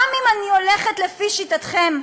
גם אם אני הולכת לפי שיטתכם,